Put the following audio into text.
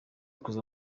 kuza